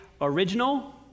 original